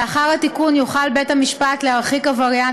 לאחר התיקון יוכל בית-המשפט להרחיק עבריין